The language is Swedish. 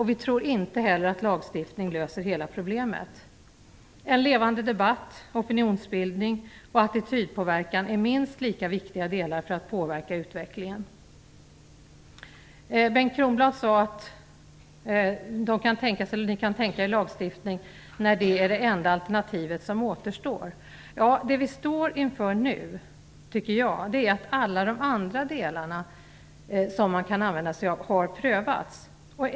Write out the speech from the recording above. Vi tror inte heller att lagstiftning löser hela problemet. En levande debatt, opinionsbildning och attitydpåverkan är minst lika viktiga delar för att påverka utvecklingen. Bengt Kronblad sade att man kan tänka sig en lagstiftning när det är det enda alternativ som återstår. Ja, det som jag tycker att vi står inför nu är att alla de andra delar som man kan använda sig av har prövats.